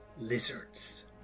Lizards